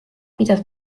pidas